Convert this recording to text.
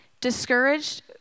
discouraged